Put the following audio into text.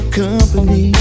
company